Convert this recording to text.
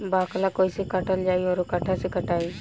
बाकला कईसे काटल जाई औरो कट्ठा से कटाई?